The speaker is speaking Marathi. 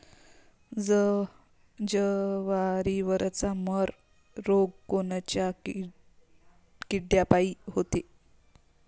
जवारीवरचा मर रोग कोनच्या किड्यापायी होते?